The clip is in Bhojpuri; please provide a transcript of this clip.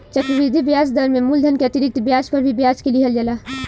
चक्रवृद्धि ब्याज दर में मूलधन के अतिरिक्त ब्याज पर भी ब्याज के लिहल जाला